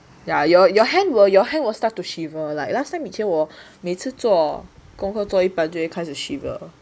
ya you your hand were your hand will start to shiver like last time 以前我每次做功课做一半就会开始 shiver